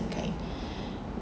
okay